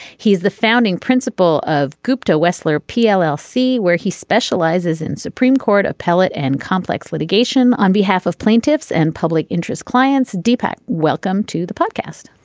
he's the founding principle of gupta wessler pll see where he specializes in supreme court appellate and complex litigation on behalf of plaintiffs and public interest clients. deepak welcome to the podcast.